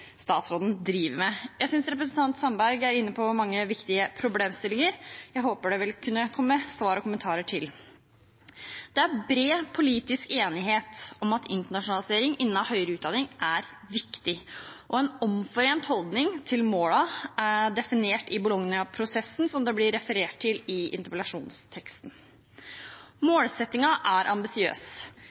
statsråden driver med. Jeg synes representanten Sandberg er inne på mange viktige problemstillinger, som jeg håper det vil komme svar og kommentarer til. Det er bred politisk enighet om at internasjonalisering innen høyere utdanning er viktig, og en omforent holdning til målene definert i Bologna-prosessen, som det er referert til i interpellasjonsteksten. Målsettingen er ambisiøs.